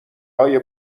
های